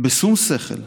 בשום שכל,